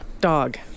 Dog